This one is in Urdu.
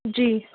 جی